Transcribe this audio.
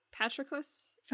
Patroclus